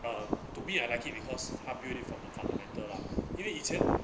uh to me I like it because 他 build it from the fundamental lah 因为以前